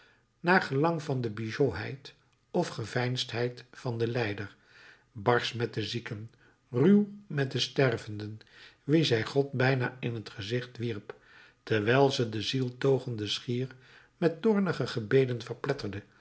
naar gelang van de bigotheid of geveinsdheid van den lijder barsch met de zieken ruw met de stervenden wien zij god bijna in t gezicht wierp terwijl ze den zieltogende schier met toornige gebeden verpletterde